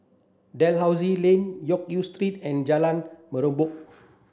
Dalhousie Lane Loke Yew Sleep and Jalan Mempurong